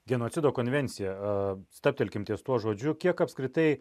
genocido konvencija stabtelkim ties tuo žodžiu kiek apskritai